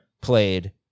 played